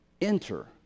Enter